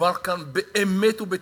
מדובר כאן באמת ובתמים,